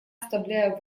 оставляю